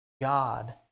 God